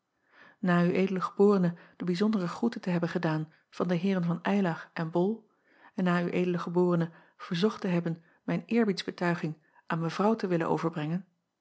a w d eb de bijzondere groete te hebben gedaan van de eeren van ylar en ol en na w d eb verzocht te hebben mijn eerbiedsbetuiging aan evrouw te willen overbrengen